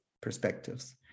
perspectives